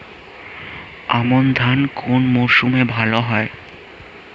আমন ধান কোন মরশুমে ভাল হয়?